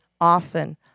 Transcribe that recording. often